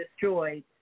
destroyed